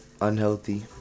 unhealthy